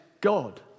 God